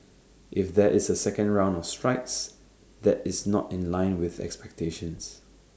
if there is A second round of strikes that is not in line with expectations